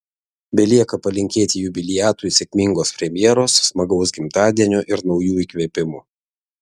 belieka palinkėti jubiliatui sėkmingos premjeros smagaus gimtadienio ir naujų įkvėpimų